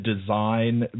design